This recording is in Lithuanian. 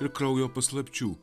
ir kraujo paslapčių